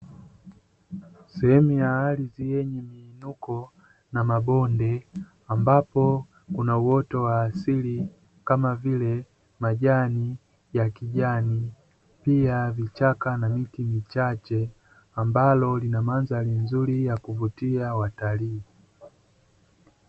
Sehemu ya ardhi yenye miinuko na mabonde ambapo kuna uoto wa asili kamavile majani ya kijani, pia vichaka na miti michache ambalo lina mandhari nzuri ya kuvutia watalii.